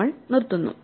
നമ്മൾ നിർത്തുന്നു